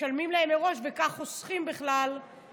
משלמים להן מראש, וכך חוסכים את ההתנהלות